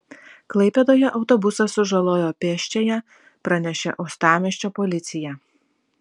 klaipėdoje autobusas sužalojo pėsčiąją pranešė uostamiesčio policija